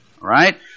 right